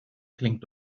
klingt